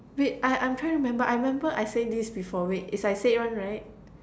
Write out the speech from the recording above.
wait I I'm trying to remember I remember I said this before wait is I say one right